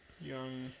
Young